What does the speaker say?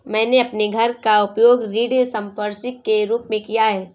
मैंने अपने घर का उपयोग ऋण संपार्श्विक के रूप में किया है